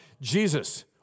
Jesus